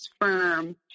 firm